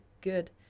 good